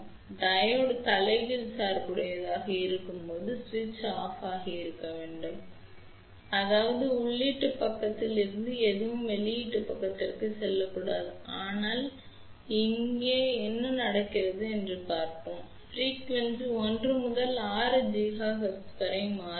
எனவே டையோடு தலைகீழ் சார்புடையதாக இருக்கும்போது சுவிட்ச் ஆஃப் ஆகியிருக்க வேண்டும் அதாவது உள்ளீட்டு பக்கத்தில் இருந்து எதுவும் வெளியீட்டு பக்கத்திற்கு செல்லக்கூடாது ஆனால் இங்கே என்ன நடக்கிறது என்று பார்ப்போம் அதிர்வெண் 1 முதல் 6 ஜிகாஹெர்ட்ஸ் வரை மாறுபடும்